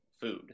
food